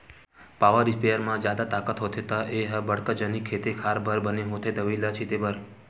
power sprayer म जादा ताकत होथे त ए ह बड़का जनिक खेते खार बर बने होथे दवई ल छिते बर